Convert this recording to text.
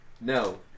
No